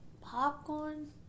popcorn